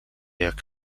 jak